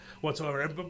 whatsoever